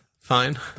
Fine